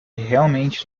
realmente